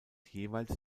jeweils